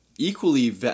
Equally